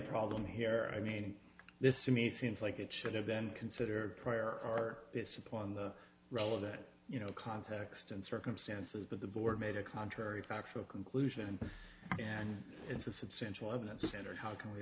problem here i mean this to me seems like it should have been considered prior or it's upon the role of that you know context and circumstances but the board made a contrary factual conclusion and it's a substantial evidence and how can we